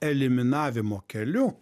eliminavimo keliu